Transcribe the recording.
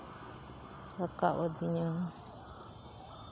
ᱨᱟᱠᱟᱵ ᱟᱹᱫᱤᱧᱟ